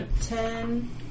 Ten